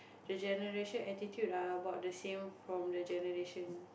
the generation attitude are about the same from their generation